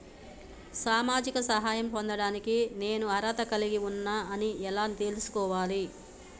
సామాజిక సహాయం పొందడానికి నేను అర్హత కలిగి ఉన్న అని ఎలా తెలుసుకోవాలి?